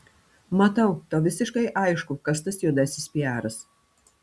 matau tau visiškai aišku kas tas juodasis piaras